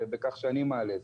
בכך שאני מעלה אותם.